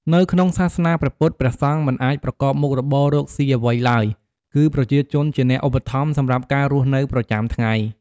នៅក្នុងសាសនាព្រះពុទ្ធ ព្រះសង្ឃមិនអាចប្រកបមុខរបរកសុីអ្វីឡើយ គឺប្រជាជនជាអ្នកឧបត្ថម្ភសម្រាប់ការរស់នៅប្រចាំថ្ងៃ។